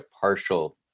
partial